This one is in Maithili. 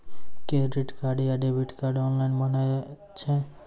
क्रेडिट कार्ड या डेबिट कार्ड ऑनलाइन बनै छै?